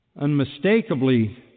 unmistakably